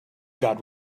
got